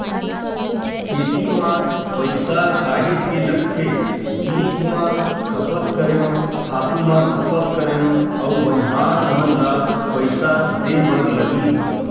खेती म पइसा काहेच के लगथे बीज म खपत करेंव, खातू म खपत करेंव अउ बनिहार मन ल पइसा देय बर लगिस